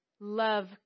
love